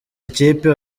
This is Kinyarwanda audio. ikipe